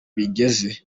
bigeze